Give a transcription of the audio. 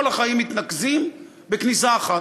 כל החיים מתנקזים בכניסה אחת.